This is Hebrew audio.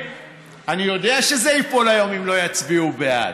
אני יודע שזה ייפול היום אם לא יצביעו בעד,